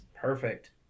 Perfect